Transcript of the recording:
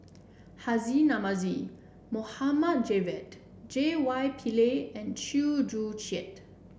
Haji Namazie Mohd Javad J Y Pillay and Chew Joo Chiat